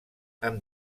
amb